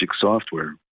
software